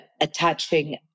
attaching